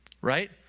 Right